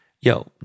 yo